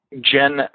Jen